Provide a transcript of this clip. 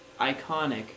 iconic